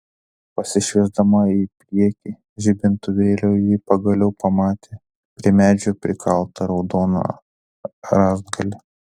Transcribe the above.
pasišviesdama į priekį žibintuvėliu ji pagaliau pamatė prie medžio prikaltą raudoną rąstgalį